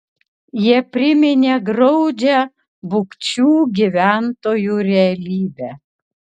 jie priminė graudžią bukčių gyventojų realybę